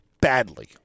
badly